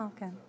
אה, כן.